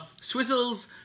Swizzles